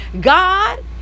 God